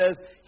says